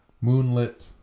moonlit